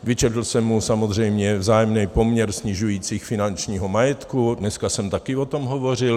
Vyčetl jsem mu samozřejmě vzájemný poměr snižující finančního majetku dneska jsem také o tom hovořil.